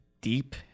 deep